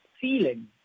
feeling